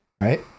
right